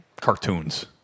cartoons